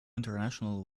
international